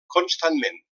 constantment